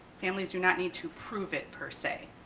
families do not need to prove it per se.